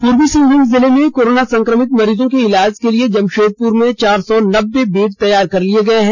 पूर्वी सिंहभुम जिले में कोरोना संक्रमित मरीजों के इलाज के लिए जमशेदपुर में चार सौ नब्बे बेड तैयार कर लिए गए हैं